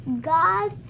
God